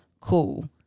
cool